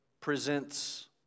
presents